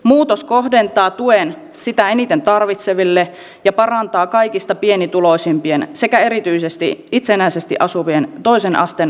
muutos kohdentaa tuen sitä eniten tarvitseville ja parantaa kaikista pienituloisimpien sekä erityisesti itsenäisesti asuvien toisen asteen opiskelijoiden toimeentuloa